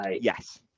Yes